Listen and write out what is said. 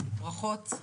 ברכות,